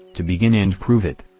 to begin and prove it.